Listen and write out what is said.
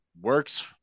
works